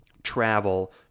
travel